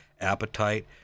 appetite